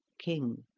king.